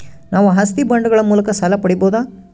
ನಾವು ಆಸ್ತಿ ಬಾಂಡುಗಳ ಮೂಲಕ ಸಾಲ ಪಡೆಯಬಹುದಾ?